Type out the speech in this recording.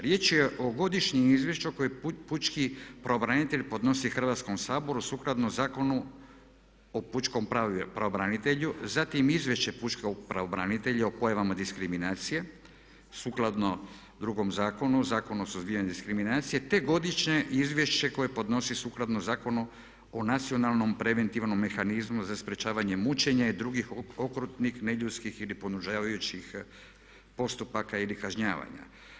Riječ o godišnjem izvješću koji je pučki pravobranitelj podnosi Hrvatskom saboru sukladno Zakonu o pučkom pravobranitelju, zatim izvješće pučkog pravobranitelja o pojavama diskriminacije sukladno drugom zakonu, Zakonu o suzbijanju diskriminacije te godišnje izvješće koje podnosi sukladno Zakonu o nacionalnom, preventivnom mehanizmu za sprečavanje mučenja i drugih okrutnih, neljudskih ili ponižavajućih postupaka ili kažnjavanja.